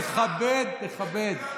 תכבד.